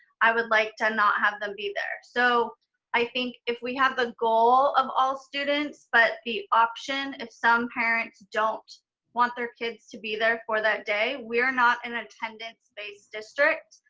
i would like to not have them be there. so i think if we have the goal of all students, but the option, if some parents don't want their kids to be there for that day, we're not an attendance based district.